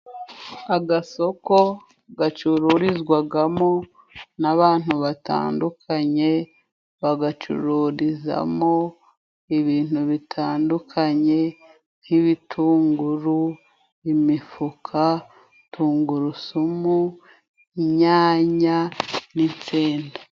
Agasoko gacururizwamo n'abantu batandukanye, bagacururizamo ibintu bitandukanye nk'ibitunguru, imifuka, tungurusumu, imyanya n'insenda.